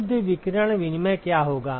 शुद्ध विकिरण विनिमय क्या होगा